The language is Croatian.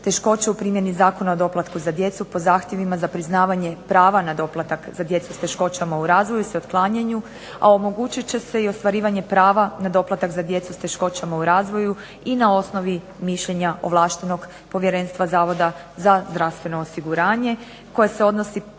teškoće u primjeni Zakona o doplatku za djecu po zahtjevima za priznavanje prava na doplatak za djecu s teškoćama u razvoju se otklanjaju a omogućit će se i ostvarivanje prava na doplatak za djecu s teškoćama u razvoju i na osnovi mišljenja ovlaštenog povjerenstva Zavoda za zdravstveno osiguranje koje se donosi